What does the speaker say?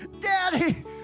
Daddy